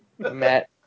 Matt